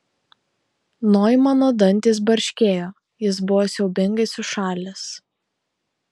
noimano dantys barškėjo jis buvo siaubingai sušalęs